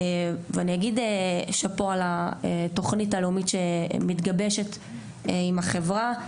ואני אגיד שאפו על התוכנית הלאומית שמתגבשת עם החברה.